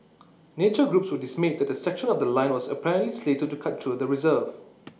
nature groups were dismayed that A section of The Line was apparently slated to cut through the reserve